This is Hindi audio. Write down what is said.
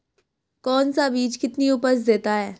कौन सा बीज कितनी उपज देता है?